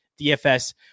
DFS